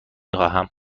خواهم